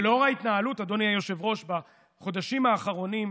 ולאור ההתנהלות בחודשים האחרונים,